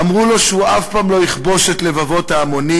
אמרו לו שהוא אף פעם לא יכבוש את לבבות ההמונים.